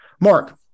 Mark